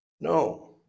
No